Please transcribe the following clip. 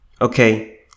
Okay